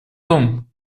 том